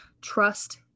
trust